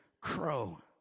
crow